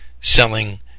selling